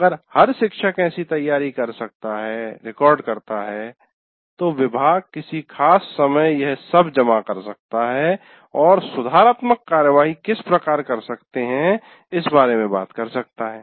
अगर हर शिक्षक ऐसी तैयारी कर सकता है रिकॉर्ड करता है तो विभाग किसी खास समय यह सब जमा कर सकता है और सुधारात्मक कार्रवाई किस प्रकार कर सकते है इस बारे में बात कर सकता है